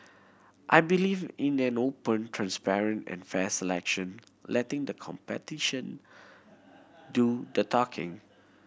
I believe in an open transparent and fair selection letting the competition do the talking